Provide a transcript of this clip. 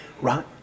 right